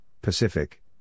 Pacific